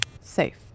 Safe